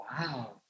Wow